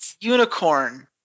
Unicorn